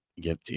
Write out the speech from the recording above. get